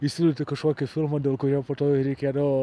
įsiūlyti kažkokį filmą dėl kurio po to ir reikėdavo